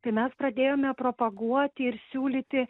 kai mes pradėjome propaguoti ir siūlyti